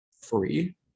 free